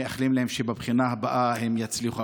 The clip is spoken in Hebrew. מאחלים להם שבבחינה הבאה הם יצליחו.